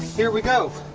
here we go.